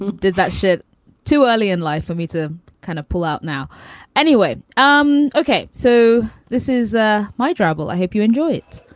and did that shit too early in life for me to kind of pull out now anyway? um okay, so this is ah my trouble. i hope you enjoy it